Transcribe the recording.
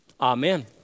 Amen